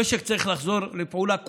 המשק צריך לחזור לפעולה,